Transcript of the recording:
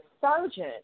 sergeant